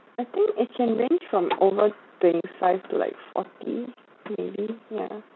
I think it can range from over twenty-five to like forty maybe yeah